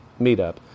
meetup